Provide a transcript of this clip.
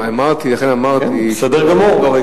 לכן אמרתי, כן, בסדר גמור.